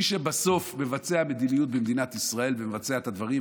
מי שבסוף מבצע מדיניות במדינת ישראל ומבצע את הדברים,